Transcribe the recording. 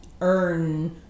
earn